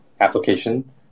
application